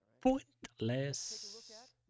Pointless